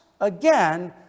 again